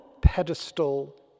pedestal